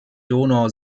donau